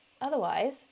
otherwise